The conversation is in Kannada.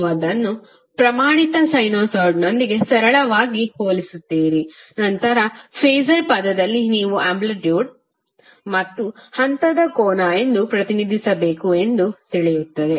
ನೀವು ಅದನ್ನು ಪ್ರಮಾಣಿತ ಸೈನುಸಾಯ್ಡ್ನೊಂದಿಗೆ ಸರಳವಾಗಿ ಹೋಲಿಸುತ್ತೀರಿ ನಂತರ ಫಾಸರ್ ಪದದಲ್ಲಿ ನೀವು ಆಂಪ್ಲಿಟ್ಯೂಡ್ ಮತ್ತು ಹಂತದ ಕೋನ ಎಂದು ಪ್ರತಿನಿಧಿಸಬೇಕು ಎಂದು ತಿಳಿಯುತ್ತದೆ